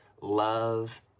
love